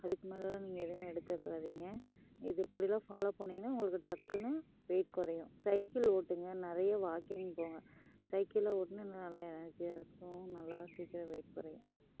அதுக்கு மேலெலாம் நீங்கள் எதுவும் எடுத்துக்காதீங்க இது இப்படிலாம் ஃபாலோ பண்ணிங்கன்னால் உங்களுக்கு டக்குன்னு வெயிட் குறையும் சைக்கிள் ஓட்டுங்க நிறைய வாக்கிங் போங்க சைக்கிளெலாம் ஓட்டினா இன்னும் நல்லா எனர்ஜியாக இருக்கும் நல்லா சீக்கிரம் வெயிட் குறையும்